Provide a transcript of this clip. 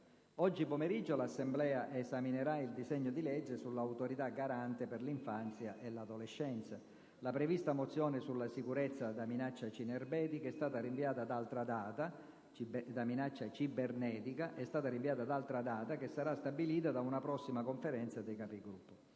Oggi pomeriggio l'Assemblea esaminerà il disegno di legge sull'Autorità garante per l'infanzia e l'adolescenza. La prevista mozione sulla sicurezza da minaccia cibernetica è stata rinviata ad altra data che sarà stabilita da una prossima Conferenza dei Capigruppo.